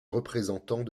représentants